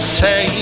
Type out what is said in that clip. say